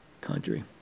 country